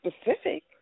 specific